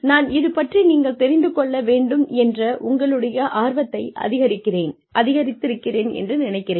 நான் இது பற்றி நீங்கள் தெரிந்து கொள்ள வேண்டும் என்ற உங்களுடைய ஆர்வத்தை அதிகரித்திருக்கிறேன் என்று நினைக்கிறேன்